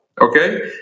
Okay